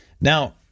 Now